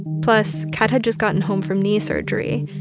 plus, kat had just gotten home from knee surgery.